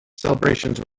celebrations